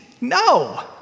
no